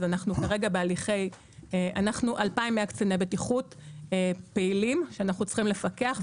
יש 2,100 קציני בטיחות שאנחנו צריכים לפקח עליהם,